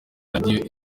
radio